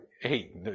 Hey